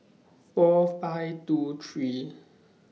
four five two three